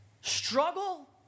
struggle